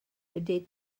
ydy